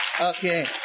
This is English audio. Okay